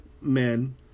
men